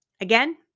again